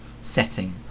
setting